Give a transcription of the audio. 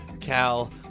Cal